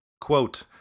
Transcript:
Quote